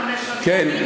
חמש שנים,